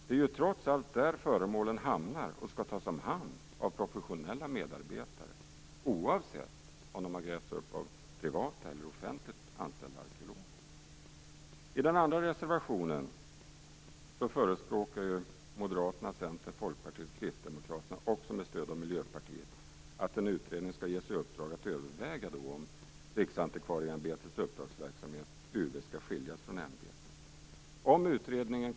Det är ju trots allt där föremålen hamnar och skall tas om hand av professionella medarbetare, oavsett om föremålen har grävts upp av privat eller offentligt anställda arkeologer. I den andra reservationen förespråkar moderaterna, centern, folkpartiet och kristdemokraterna också med stöd av miljöpartiet att en utredning skall ges i uppdrag att överväga om Riksantikvarieämbetets uppdragsverksamhet, UV, skall skiljas från ämbetet.